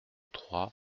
trois